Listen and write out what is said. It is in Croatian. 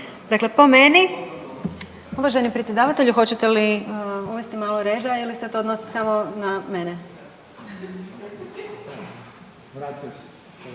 Dakle, po meni, uvaženi predsjedavatelju hoćete uvesti malo reda ili se to odnosi samo na mene?